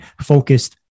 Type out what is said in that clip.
focused